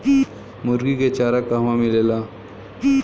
मुर्गी के चारा कहवा मिलेला?